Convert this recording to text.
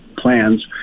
plans